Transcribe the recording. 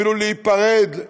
אפילו להיפרד,